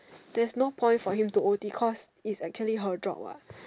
there's no point for him to o_t cause it's actually her job what